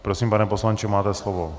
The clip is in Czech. Prosím, pane poslanče, máte slovo.